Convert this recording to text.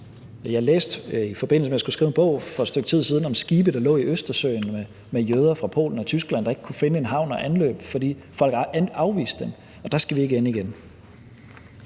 Jeg læste i forbindelse med at skulle skrive en bog for et stykke tid siden om skibe, der lå i Østersøen, med jøder fra Polen og Tyskland, der ikke kunne finde en havn at anløbe, fordi folk afviste dem. Og der skal vi ikke ende igen.